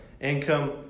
Income